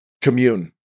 Commune